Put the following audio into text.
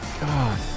God